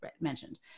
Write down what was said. mentioned